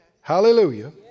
Hallelujah